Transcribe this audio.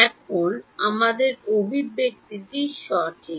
এখন আমাদের অভিব্যক্তিটি সঠিক